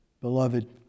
beloved